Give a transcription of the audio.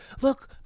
look